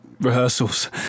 rehearsals